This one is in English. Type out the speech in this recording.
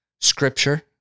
scripture